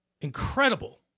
incredible